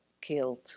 killed